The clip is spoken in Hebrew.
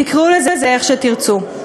תקראו לזה איך שתרצו.